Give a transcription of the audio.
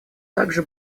также